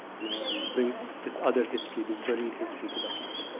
you know and brings this other history, this buried history, to the front.